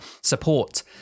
support